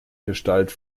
gestalt